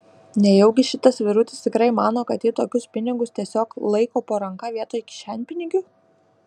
nejaugi šitas vyrutis tikrai mano kad ji tokius pinigus tiesiog laiko po ranka vietoj kišenpinigių